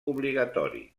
obligatori